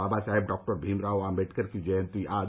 बाबा Saheb doctor Bhimrao Ambedkar की जयंती आज